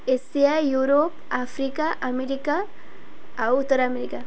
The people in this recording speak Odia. ଏସିଆ ୟୁରୋପ ଆଫ୍ରିକା ଆମେରିକା ଆଉ ଉତ୍ତର ଆମେରିକା